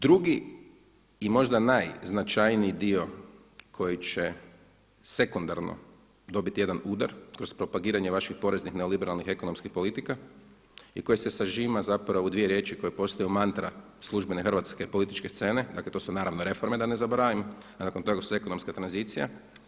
Drugi i možda najznačajniji dio koji će sekundarno dobiti jedan udar kroz propagiranje vaših poreznih neoliberalnih ekonomskih politika i koji se sažima zapravo u dvije riječi koje postaju mantra službene hrvatske političke scene, dakle to su naravno reforme da ne zaboravim, a nakon toga su ekonomska tranzicija.